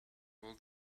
will